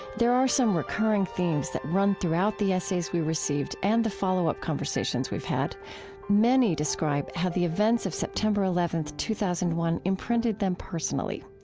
there are some recurring themes that run throughout the essays we received and the follow-up conversations we've had many describe how the events of september eleven, two thousand and one, imprinted them personally.